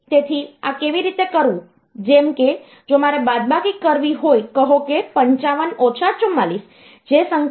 તેથી આ કેવી રીતે કરવું જેમ કે જો મારે બાદબાકી કરવી હોય કહો કે 55 ઓછા 44 જે બધી સંખ્યાઓ નો બેઝ 10 છે